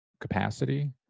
capacity